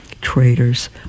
traitors